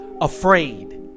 afraid